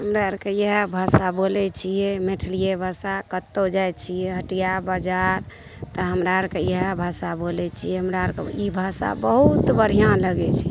हमरा आरके इएह भाषा बोलैत छियै मैथिलिए भाषा कतहुँ जाइत छियै हटिआ बजार तऽ हमरा आरके इएह भाषा बोलैत छियै हमरा आरके ई भाषा बहुत बढ़िआँ लगैत छै